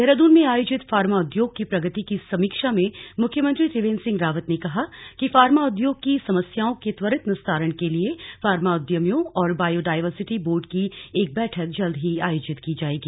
देहरादून में आयोजित फार्मा उद्योग की प्रगति की समीक्षा में मुख्यमंत्री त्रिवेन्द्र सिंह रावत ने कहा कि फार्मा उद्योग की समस्याओं के त्वरित निस्तारण के लिए फार्मा उद्यमियों और बायो डायवर्सिटी बॉर्ड की एक बैठक जल्द ही आयोजित की जाएगी